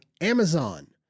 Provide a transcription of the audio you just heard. Amazon